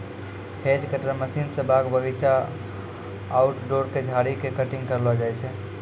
hedge cutter machine स बाग बगीचा, आउटडोर के झाड़ी के कटिंग करलो जाय छै